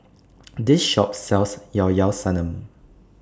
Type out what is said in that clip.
This Shop sells Llao Llao Sanum